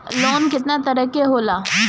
Loan केतना केतना तरह के होला?